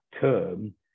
term